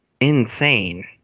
insane